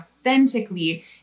authentically